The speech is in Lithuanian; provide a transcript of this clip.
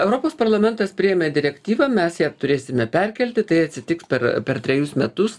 europos parlamentas priėmė direktyvą mes ją turėsime perkelti tai atsitiks per per trejus metus